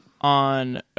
on